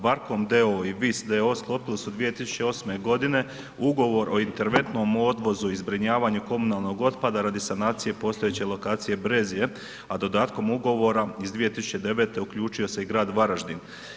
Barkom d.o.o. i Vis d.o.o. sklopili su 2008. g. ugovor o interventnom odvozu i zbrinjavanju komunalnog otpada radi sanacije postojeće lokacije Brezje a dodatkom ugovora iz 2009. uključio se i grad Varaždin.